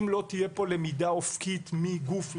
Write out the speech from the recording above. אם לא תהיה פה למידה אופקית מגוף לגוף,